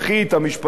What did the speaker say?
המשפטית,